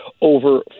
over